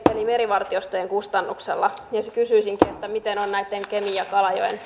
eli merivartiostojen kustannuksella kysyisinkin millainen on näitten kemin ja kalajoen